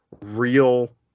real